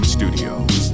Studios